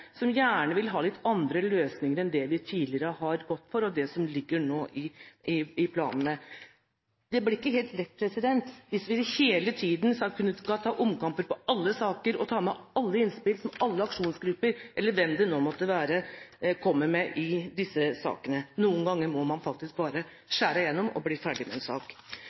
som gjerne vil ha litt andre løsninger enn det man tidligere har gått inn for, og som nå ligger i planene. Det blir ikke helt lett hvis vi hele tiden skal ta omkamper i alle saker og ta med alle innspill som alle aksjonsgrupper eller hvem det nå måtte være, kommer med. Noen ganger må man faktisk bare skjære igjennom og bli ferdig med en sak.